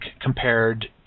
compared